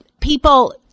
people